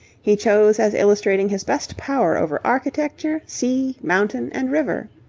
he chose as illustrating his best power over architecture, sea, mountain, and river.